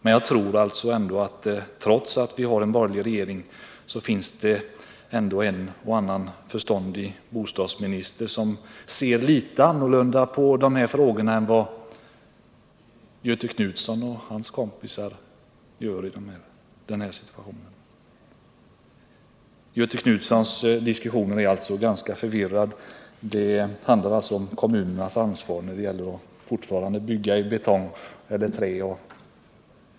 Men jag tror att trots att vi har en borgerlig regering, så finns det en och annan förståndig bostadsminister som ser litet annorlunda på dessa frågor än vad Göthe Knutson och hans kompisar gör. Göthe Knutsons diskussionsinlägg är alltså ganska förvirrade. Det handlar fortfarande om kommunernas ansvar när det gäller avgörandet om man skall bygga i betong eller trä.